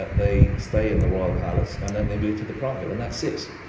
they stay in the royal palace, and then they move to the prado, and that's it.